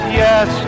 yes